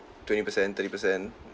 twenty percent thirty percent